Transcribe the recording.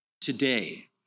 today